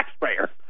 taxpayer